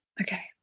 okay